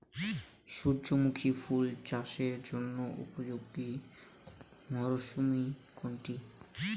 সূর্যমুখী ফুল চাষের জন্য উপযোগী মরসুম কোনটি?